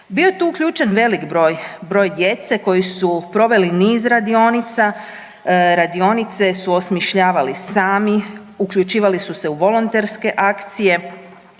Bio je tu uključen velik broj, broj djece koji su proveli niz radionica, radionice su osmišljavali sami, uključivali su se u volonterske akcije,